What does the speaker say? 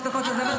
את כבר בחמש דקות.